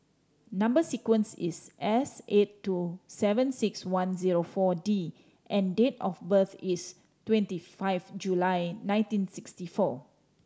number sequence is S eight two seven six one zero Four D and date of birth is twenty five July nineteen sixty four